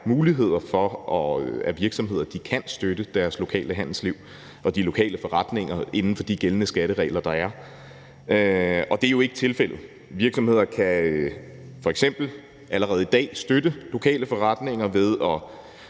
muligheder for, at virksomheder kan støtte deres lokale handelsliv og de lokale forretninger inden for de gældende skatteregler, der er. Men det er jo ikke tilfældet. Virksomheder kan f.eks. allerede i dag støtte lokale forretninger ved